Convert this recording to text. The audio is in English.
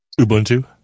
Ubuntu